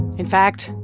in fact,